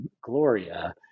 Gloria